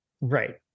right